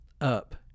up